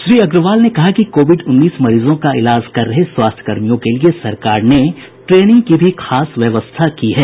श्री अग्रवाल ने कहा कि कोविड उन्नीस मरीजों का इलाज कर रहे स्वास्थ्यकर्मियों के लिए सरकार ने ट्रेनिंग की भी खास व्यवस्था की है